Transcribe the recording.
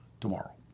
tomorrow